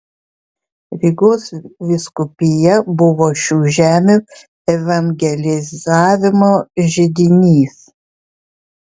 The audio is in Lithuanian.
rygos vyskupija buvo šių žemių evangelizavimo židinys